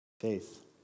faith